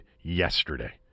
yesterday